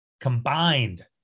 combined